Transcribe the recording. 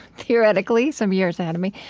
theoretically, some years ahead of me.